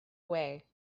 away